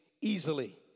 easily